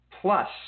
plus